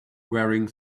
wearing